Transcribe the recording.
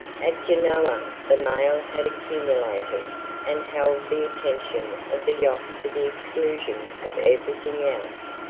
at genoa the mail had accumulated and held the attention of the yacht to the exclusion of everything else.